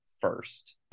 first